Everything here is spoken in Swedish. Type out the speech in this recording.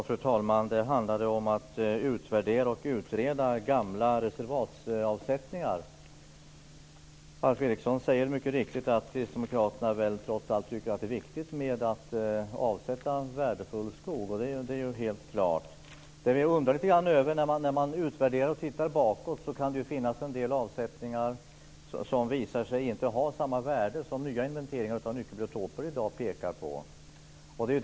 Fru talman! Det handlar om att utvärdera och utreda gamla reservatsavsättningar. Alf Eriksson säger mycket riktigt att Kristdemokraterna trots allt tycker att det är viktigt att avsätta värdefull skog, och det är helt klart. När man utvärderar och tittar bakåt kan man se att det finns en del avsättningar som visar sig inte ha samma värde som nya inventeringar av nyckelbiotoper i dag pekar på.